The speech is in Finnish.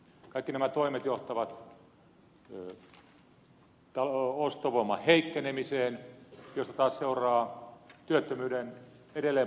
kaikki nämä toimet johtavat ostovoiman heikkenemiseen josta taas seuraa työttömyyden edelleen paheneva kierre